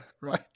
right